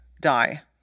die